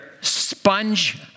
sponge